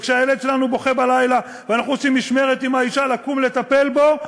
כשהילד שלנו בוכה בלילה ואנחנו עושים משמרת עם האישה לקום לטפל בו,